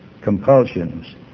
compulsions